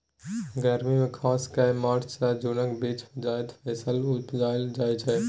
गर्मी मे खास कए मार्च सँ जुनक बीच जाएद फसल उपजाएल जाइ छै